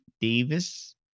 Davis